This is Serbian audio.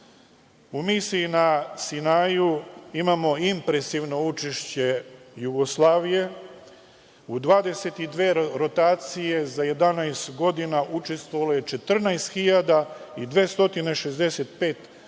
misiji na Sinaju imamo impresivno učešće Jugoslavije, u 22 rotacije za 11 godina učestvovalo je 14.265 vojnika,